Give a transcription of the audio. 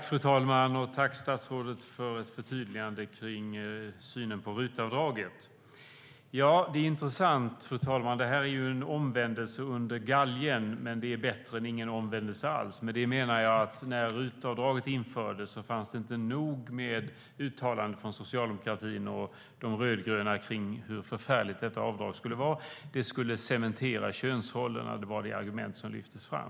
Fru talman! Jag tackar statsrådet för ett förtydligande av synen på RUT-avdraget. Det är intressant, fru talman - det här är en omvändelse under galgen, men det är bättre ingen omvändelse alls. Med det menar jag att det när RUT-avdraget infördes inte fanns nog med uttalanden från socialdemokratin och de rödgröna om hur förfärligt detta avdrag skulle vara. Det skulle cementera könsrollerna, var argumentet som lyftes fram.